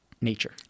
nature